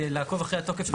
לעקוב אחרי התוקף?